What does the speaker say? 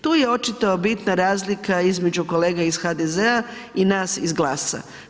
Tu je očito bitna razlika između kolega iz HDZ-a i nas iz GLAS-a.